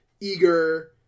eager